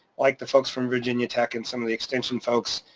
like the folks from virginia tech and some of the extension folks,